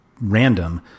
random